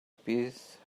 peace